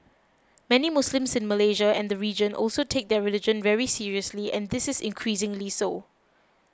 many Muslims in Malaysia and the region also take their religion very seriously and this is increasingly so